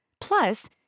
Plus